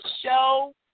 show